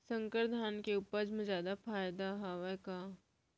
संकर धान के उपज मा जादा फायदा हवय का?